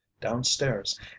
downstairs